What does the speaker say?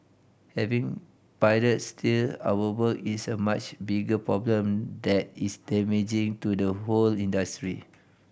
having pirates steal our work is a much bigger problem that is damaging to the whole industry